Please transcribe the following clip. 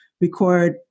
record